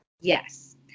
Yes